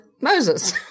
Moses